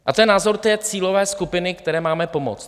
A to je názor té cílové skupiny, které máme pomoct.